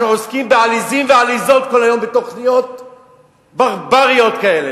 אנחנו עוסקים בעליזים ועליזות כל היום בתוכניות ברבריות כאלה,